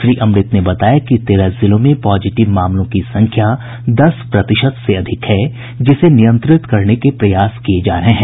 श्री अमृत ने बताया कि तेरह जिलों में पॉजिटिव मामलों की संख्या दस प्रतिशत से अधिक है जिसे नियंत्रित करने के प्रयास किये जा रहे हैं